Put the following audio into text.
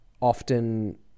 often